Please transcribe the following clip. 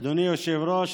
אדוני היושב-ראש,